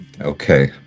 Okay